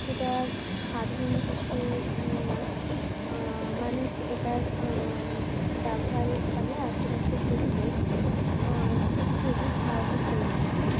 এটা সাধারণ কিছু নাই মানুষ এটার ব্যবহারের ফলে আশেপাশের পরিবেশ সুস্থ এবং স্বাভাবিক হয়ে উঠেছে